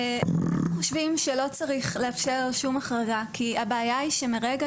אנחנו חושבים שלא צריך לאפשר שום החרגה כי הבעיה היא שמרגע